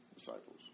disciples